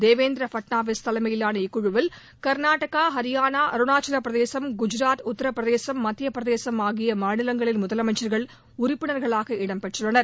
தேவேந்திர ஃபட்நாவிஸ் தலைமையிலான இக்குழுவில் கர்நாடகா ஹரியானா அருணாச்சலப் பிரதேசம் குஜாத் உத்தரபிரதேசம் மத்தியப்பிரதேசம் ஆகிய மாநிலங்களின் முதலமைச்சர்கள் உறுப்பினர்களாக இடம் பெற்றுள்ளனர்